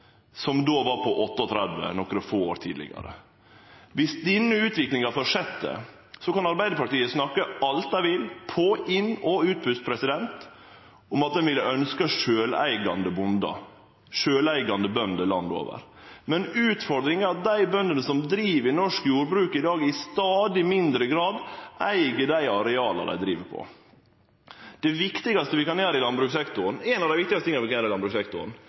var på 38 pst. nokre få år tidlegare. Viss denne utviklinga fortset, kan Arbeidarpartiet snakke alt dei vil – på inn- og utpust – om at ein hadde ønskt sjølveigande bønder landet over. Men utfordringa er at dei bøndene som driv i norsk jordbruk i dag, i stadig mindre grad eig dei areala dei driv på. Ein av dei viktigaste tinga vi kan gjere i landbrukssektoren, er å sørgje for ein velfungerande eigedomsmarknad, som gjer